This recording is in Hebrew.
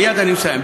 מייד אני מסיים.